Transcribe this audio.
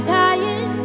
dying